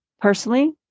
Personally